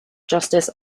justice